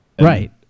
Right